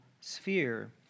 sphere